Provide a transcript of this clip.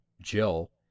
Jill